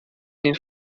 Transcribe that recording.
این